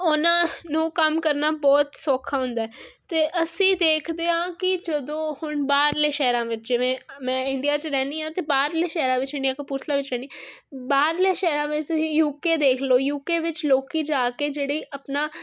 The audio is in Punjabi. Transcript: ਉਹਨਾਂ ਨੂੰ ਕੰਮ ਕਰਨਾ ਬਹੁਤ ਸੌਖਾ ਹੁੰਦਾ ਤੇ ਅਸੀਂ ਦੇਖਦੇ ਆਂ ਕਿ ਜਦੋਂ ਹੁਣ ਬਾਹਰਲੇ ਸ਼ਹਿਰਾਂ ਵਿੱਚ ਜਿਵੇਂ ਮੈਂ ਇੰਡੀਆ 'ਚ ਰਹਿਦੀ ਆ ਤੇ ਬਾਹਰਲੇ ਸ਼ਹਿਰਾਂ ਵਿੱਚ ਇੰਡੀਆ ਕਪੂਰਥਲਾ ਵਿੱਚ ਹੈਨੀ ਬਾਹਰਲੇ ਸ਼ਹਿਰਾਂ ਵਿੱਚ ਤੁਸੀਂ ਯੂਕੇ ਦੇਖ ਲੋ ਯੂਕੇ ਵਿੱਚ ਲੋਕੀ ਜੀ ਕੇ ਜਾਹੜੀ ਆਪਣਾ